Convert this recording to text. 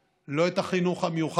לא את הפנימיות ולא את החינוך המיוחד.